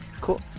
Cool